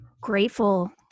Grateful